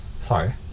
Sorry